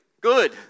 Good